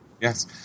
Yes